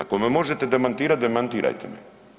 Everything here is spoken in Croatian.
Ako me možete demantirati demantirajte me.